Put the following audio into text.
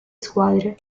squadre